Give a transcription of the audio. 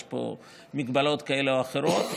יש פה הגבלות כאלה ואחרות.